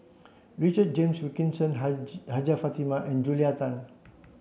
Richard James Wilkinson Hajjah Fatimah and Julia Tan